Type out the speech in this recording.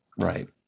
Right